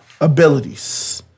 abilities